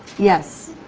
yes.